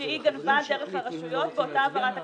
שהיא גנבה דרך הרשויות המקומיות באותה העברה תקציבית?